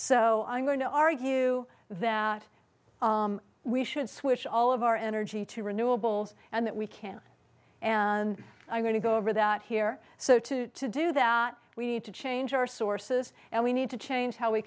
so i'm going to argue that we should switch all of our energy to renewables and that we can and i'm going to go over that here so to to do that we need to change our sources and we need to change how we